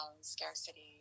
scarcity